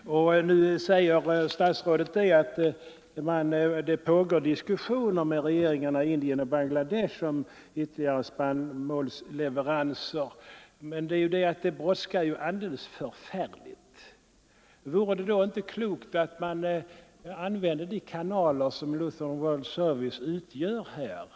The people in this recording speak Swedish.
katastrofinsatser i Statsrådet säger att diskussioner om ytterligare spannmålsleveranser pågår — Indien och Banglamed regeringarna i Indien och Bangladesh. Det är bara det att frågan brådskar = desh alldeles förfärligt. Vore det då inte klokt att utnyttja de kanaler som Luther World Service har här?